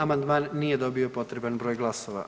Amandman nije dobio potreban broj glasova.